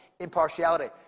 impartiality